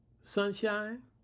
sunshine